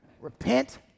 Repent